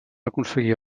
aconseguir